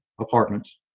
apartments